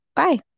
Bye